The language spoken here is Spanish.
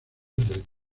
del